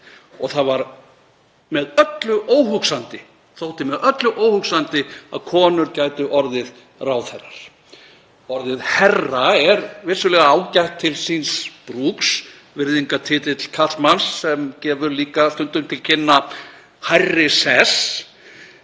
og það þótti með öllu óhugsandi að konur gætu orðið ráðherrar. Orðið herra er vissulega ágætt til síns brúks, virðingartitill karlmanns sem gefur líka stundum til kynna hærri sess.